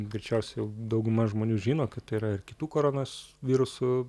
greičiausiai jau dauguma žmonių žino kad tai yra ir kitų koronos virusų